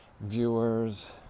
viewers